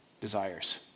desires